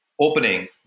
opening